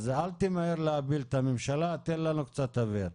אז אל תמהר להפיל את הממשלה, תן לנו קצת אוויר.